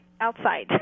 outside